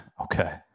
Okay